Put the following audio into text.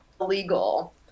illegal